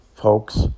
folks